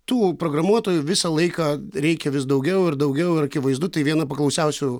tų programuotojų visą laiką reikia vis daugiau ir daugiau ir akivaizdu tai viena paklausiausių